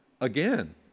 again